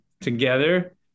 together